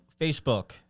Facebook